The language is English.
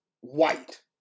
white